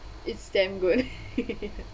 it's damn good